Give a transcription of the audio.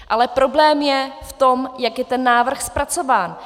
Ale problém je v tom, jak je ten návrh zpracován.